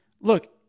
look